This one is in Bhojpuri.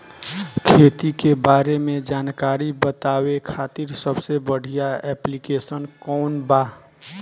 खेती के बारे में जानकारी बतावे खातिर सबसे बढ़िया ऐप्लिकेशन कौन बा?